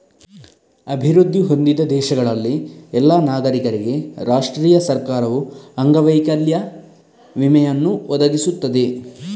ಅಭಿವೃದ್ಧಿ ಹೊಂದಿದ ದೇಶಗಳಲ್ಲಿ ಎಲ್ಲಾ ನಾಗರಿಕರಿಗೆ ರಾಷ್ಟ್ರೀಯ ಸರ್ಕಾರವು ಅಂಗವೈಕಲ್ಯ ವಿಮೆಯನ್ನು ಒದಗಿಸುತ್ತದೆ